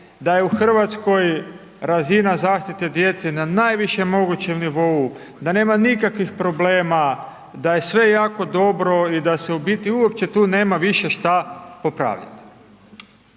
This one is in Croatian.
da je u Hrvatskoj razina zaštite djece na najvišem mogućem nivou, da nema nikakvih problema, da je sve jako dobro i da se u biti uopće tu nema više šta popravljati.